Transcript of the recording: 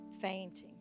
fainting